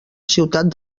ciutat